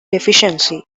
deficiency